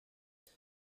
but